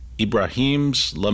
Ibrahim's